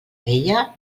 vella